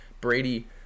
Brady